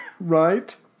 Right